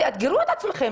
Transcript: תאתגרו את עצמכם,